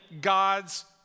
God's